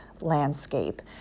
landscape